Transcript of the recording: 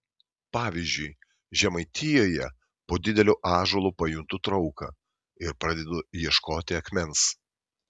pavyzdžiui žemaitijoje po dideliu ąžuolu pajuntu trauką ir pradedu ieškoti akmens